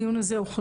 באותה מידה.